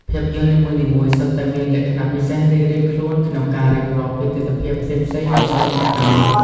ភាពយន្តនីមួយៗសុទ្ធតែមានលក្ខណៈពិសេសរៀងៗខ្លួនក្នុងការរៀបរាប់ពីទិដ្ឋភាពផ្សេងៗនៃសោកនាដកម្មនេះ។